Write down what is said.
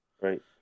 Right